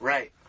Right